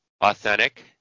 authentic